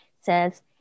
says